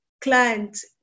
client